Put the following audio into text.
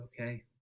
okay